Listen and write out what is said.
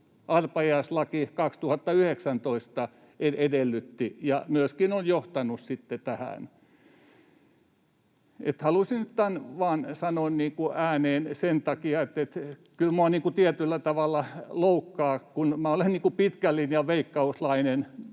arpajaislaki 2019 edellytti ja joka on myöskin johtanut sitten tähän. Halusin nyt tämän vain sanoa ääneen sen takia, että kyllä minua tietyllä tavalla loukkaa, kun olen pitkän linjan veikkauslainen.